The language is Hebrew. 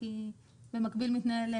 כי במקביל מתנהל,